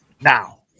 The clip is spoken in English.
now